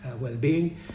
well-being